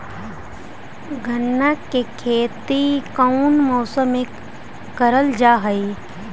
गन्ना के खेती कोउन मौसम मे करल जा हई?